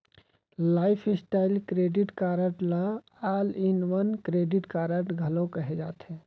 lifestyle credit card ल all in one credit card घलो केहे जाथे